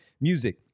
music